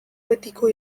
betiko